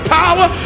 power